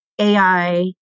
AI